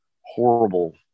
horrible